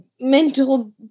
mental